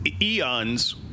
eons